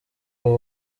ubu